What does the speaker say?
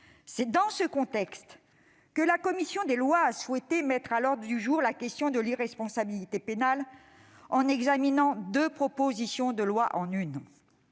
C'est dans ce contexte que la commission des lois a souhaité mettre à l'ordre du jour la question de l'irresponsabilité pénale en examinant deux propositions de loi en une.